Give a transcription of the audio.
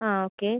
ആ ഓക്കെ